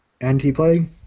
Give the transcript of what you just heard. anti-plague